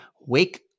wake